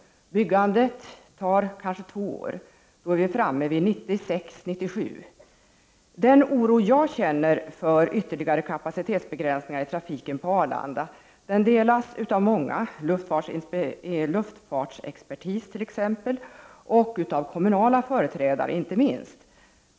Byggandet tar kanske två år, och då är vi framme vid 1996-1997. Den oro jag känner för ytterligare kapacitetsbegränsningar i trafiken på Arlanda delas av många, t.ex. av luftfartsexpertis och inte minst av kommunala företrädare.